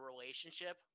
relationship